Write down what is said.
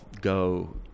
go